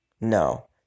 No